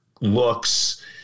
looks